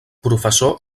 professor